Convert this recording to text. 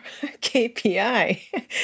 KPI